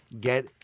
Get